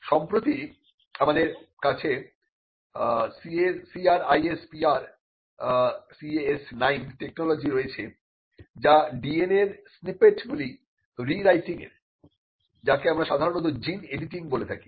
সম্প্রতি আমাদের কাছে CRISPR Cas9 টেকনোলজি রয়েছে যা DNA এর স্নিপেটগুলি রি রাইটিংয়ের যাকে আমরা সাধারণত জিন এডিটিং বলে থাকি